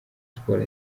siporo